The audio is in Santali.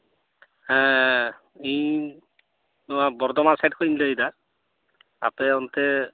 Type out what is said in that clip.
ᱦᱮᱸ ᱤᱧ ᱱᱚᱣᱟ ᱵᱚᱨᱫᱷᱚᱢᱟᱱ ᱥᱟᱭᱤᱰ ᱠᱷᱚᱱᱤᱧ ᱞᱟᱹᱭᱫᱟ ᱟᱯᱮ ᱚᱱᱛᱮ